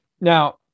Now